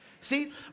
See